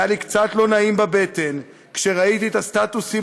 היה לי קצת לא נעים בבטן כשראיתי את הסטטוסים